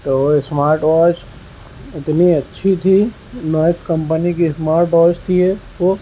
تو وہ smart watch اتنی اچھی تھی نوائس کمپنی کی اسمارٹ واچ تھی یہ وہ